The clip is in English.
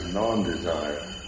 non-desire